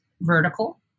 vertical